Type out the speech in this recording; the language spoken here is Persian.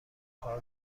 کار